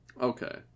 Okay